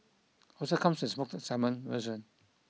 also comes with smoked salmon version